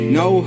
no